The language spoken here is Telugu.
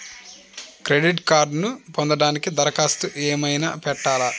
క్రెడిట్ కార్డ్ను పొందటానికి దరఖాస్తు ఏమయినా పెట్టాలా?